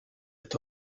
est